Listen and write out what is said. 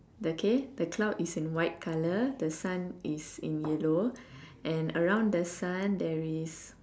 okay the cloud is in white colour the sun is in yellow and around the sun there is